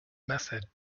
method